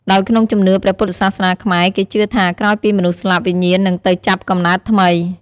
ដោយក្នុងជំនឿព្រះពុទ្ធសាសនាខ្មែរ គេជឿថា ក្រោយពីមនុស្សស្លាប់ វិញ្ញាណនឹងទៅចាប់កំណើតថ្មី។